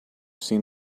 seen